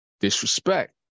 Disrespect